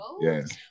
yes